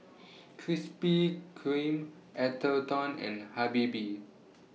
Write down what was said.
Krispy Kreme Atherton and Habibie